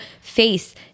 face